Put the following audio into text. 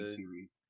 series